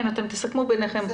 תסכמו ביניכן.